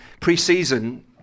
pre-season